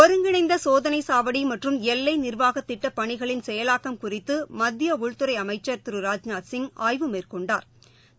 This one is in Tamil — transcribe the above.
ஒருங்கிணைந்தசோதனைசாவடிமற்றும் எல்லைநிர்வாகத் திட்டப் பணிகளின் செயலாக்கம் குறித்துமத்தியஉள்துறைஅமைச்சர் திரு ராஜ்நாத் சிங் ஆய்வு மேற்கொண்டாா்